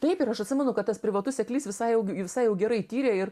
taip ir aš atsimenu kad tas privatus seklys visai jau visai jau gerai tyrė ir